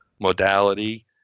modality